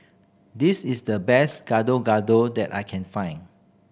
this is the best Gado Gado that I can find